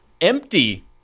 empty